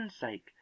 sake